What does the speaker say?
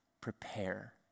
prepare